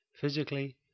physically